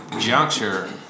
juncture